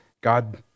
God